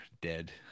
dead